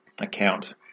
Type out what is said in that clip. account